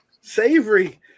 savory